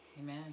Amen